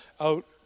out